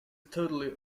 totally